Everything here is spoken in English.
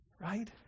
Right